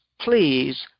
please